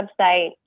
website